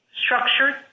structured